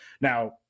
now